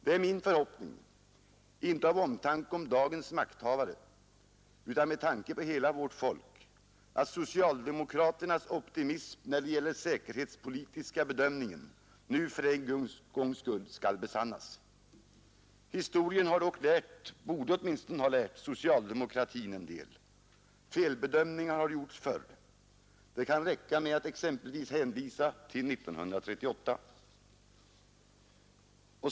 Det är min förhoppning, inte av omtanke om dagens makthavare, utan med tanke på hela vårt folk, att socialdemokraternas optimism när det gäller den säkerhetspolitiska bedömningen nu för en gångs skull skall besannas. Historien borde åtminstone ha lärt socialdemokratin en del. Felbedömningar har gjorts förr. Det kan räcka med att exempelvis hänvisa till 1938.